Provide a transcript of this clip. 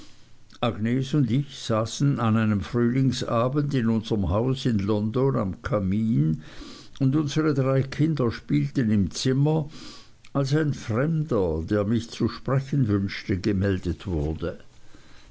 und ich saßen an einem frühlingsabend in unserm haus in london am kamin und unsere drei kinder spielten im zimmer als ein fremder der mich zu sprechen wünschte gemeldet wurde